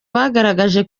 bagaragaje